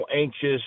anxious